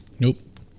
Nope